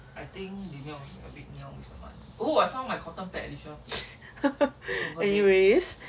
anyways